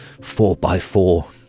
four-by-four